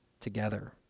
together